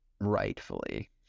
rightfully